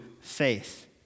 faith